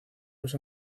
los